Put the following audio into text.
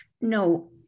no